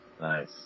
Nice